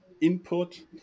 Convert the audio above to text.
input